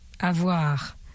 Avoir